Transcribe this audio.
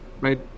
right